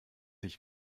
ich